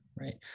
right